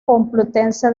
complutense